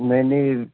ਨਹੀਂ ਨਹੀਂ